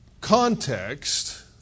context